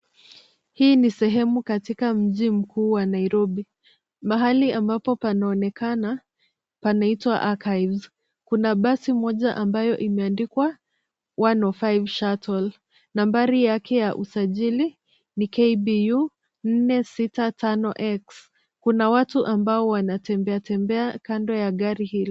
Hii ni sehemu katika mji mkuu wa Nairobi mahali ambapo panaonekana panaitwa achirves. Kuna basi moja ambayo imeandikwa 105 Shuttle nambari yake ya usajili ni KBU 465X. Kuna watu ambao wanatembea tembea kando ya gari hilo.